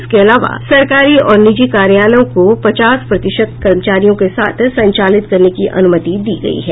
इसके अलावा सरकारी और निजी कार्यालयों को पचास प्रतिशत कर्मचारियों के साथ संचालित करने की अनुमति दी गयी है